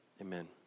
amen